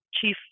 chief